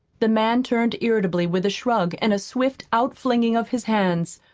the man turned irritably, with a shrug, and a swift outflinging of his hands.